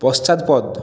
পশ্চাৎপদ